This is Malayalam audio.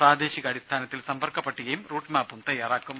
പ്രാദേശിക അടിസ്ഥാനത്തിൽ സമ്പർക്ക പട്ടികയും റൂട്ട് മാപ്പും തയ്യാറാക്കും